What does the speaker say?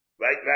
Right